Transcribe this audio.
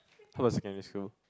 how about secondary school